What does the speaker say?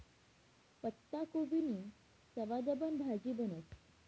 पत्ताकोबीनी सवादबन भाजी बनस